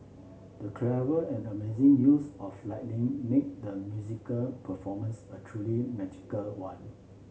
the clever and amazing use of lighting made the musical performance a truly magical one